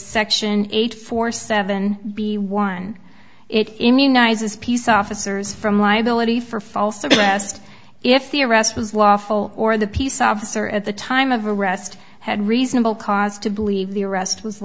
section eight four seven b one it immunizes peace officers from liability for false arrest if the arrest was lawful or the peace officer at the time of arrest had reasonable cause to believe the arrest was